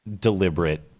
deliberate